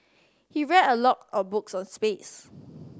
he read a lot of books on space